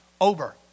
over